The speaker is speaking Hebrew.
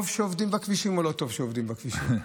טוב שעובדים בכבישים או לא טוב שעובדים בכבישים?